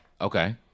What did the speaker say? Okay